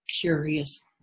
curious